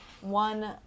one